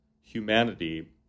humanity